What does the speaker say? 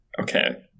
Okay